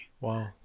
Wow